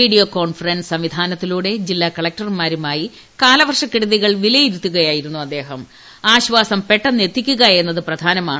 video conference സംവിധാനത്തിലൂടെ ജില്ലാ കളക്ടർമാരുമായി കാലവർഷ കെടുതികൾ വിലയിരുത്തുകയായിരുന്നു അദ്ദേഹം പെട്ടെന്നെത്തിക്കുക കൃ എന്നത് ആശ്വാസം പ്രധാനമാണ്